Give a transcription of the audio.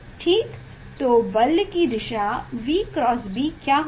तो बल की दिशा V क्रॉस B क्या होगा